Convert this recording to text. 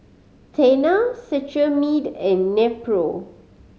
Tena Cetrimide and Nepro